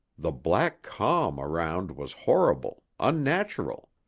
the black calm around was horrible, unnatural.